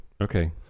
Okay